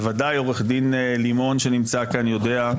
בוודאי עו"ד לימון שנמצא כאן יודע,